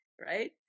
Right